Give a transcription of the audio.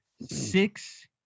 six